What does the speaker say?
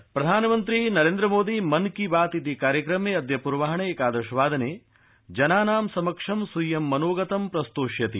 मन की बात प्रधानमन्त्री नरेन्द्र मोदी मन की बात इति कार्यक्रमे अद्य पूर्वाह्ने एकादशवादने जनानां समक्षं स्वीयं मनोगतं प्रस्तोष्यति